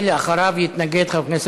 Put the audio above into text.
מול הביטוח הלאומי וגם על יועצי המס.